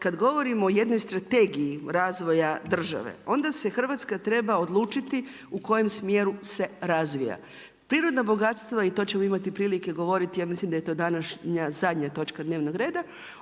kad govorimo o jednoj Strategiji razvoja države onda se Hrvatska treba odlučiti u kojem smjeru se razvija. Prirodna bogatstva i to ćemo imati prilike govoriti, ja mislim da je to današnja zadnja točka dnevnog reda,